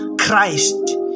Christ